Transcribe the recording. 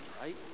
Right